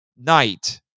knight